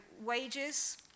wages